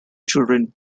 children